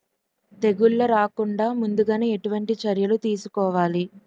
తెగుళ్ల రాకుండ ముందుగానే ఎటువంటి చర్యలు తీసుకోవాలి?